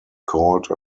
called